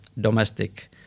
domestic